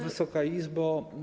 Wysoka Izbo!